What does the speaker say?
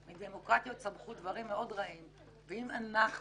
מדמוקרטיות צמחו דברים מאוד רעים, ואם אנחנו